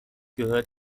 gehört